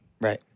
Right